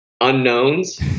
unknowns